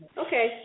okay